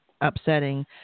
upsetting